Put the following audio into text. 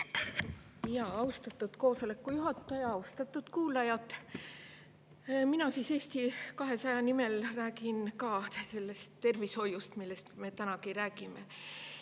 Austatud istungi juhataja! Austatud kuulajad! Mina Eesti 200 nimel räägin ka sellest tervishoiust, millest me täna räägime.